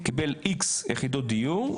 קיבל איקס יחידות דיור,